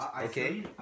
okay